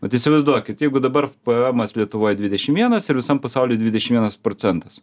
vat įsivaizduokit jeigu dabar pvemas lietuvoj dvidešim vienas ir visam pasauly dvidešim vienas procentas